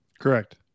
Correct